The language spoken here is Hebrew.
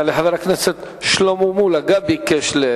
יעלה חבר הכנסת שלמה מולה שגם כן ביקש.